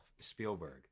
Spielberg